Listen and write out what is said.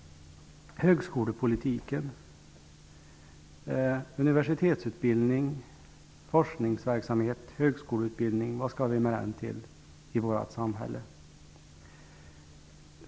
Högskolepolitiken -- jag tänker då på universitetsutbildning, forskningsverksamhet och högskoleutbildning -- vad skall vi med den till i vårt samhälle?